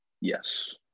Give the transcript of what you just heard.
Yes